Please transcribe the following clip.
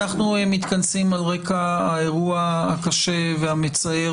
אנחנו מתכנסים על רקע האירוע הקשה והמצער